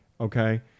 Okay